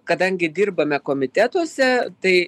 kadangi dirbame komitetuose tai